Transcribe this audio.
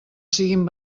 siguen